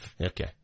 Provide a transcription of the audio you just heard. Okay